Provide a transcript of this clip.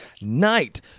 night